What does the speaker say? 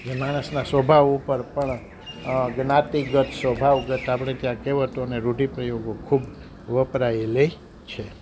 જે માણસના સ્વભાવ ઉપર પણ જ્ઞાતિગત સ્વભાવ ગત આપણે ત્યાં કહેવતોને રૂઢિપ્રયોગો ખૂબ વપરાયેલી છે